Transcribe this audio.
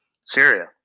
Syria